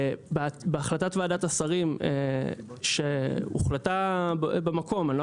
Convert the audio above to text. בהחלטת ועדת השרים שהוחלטה במקום אני לא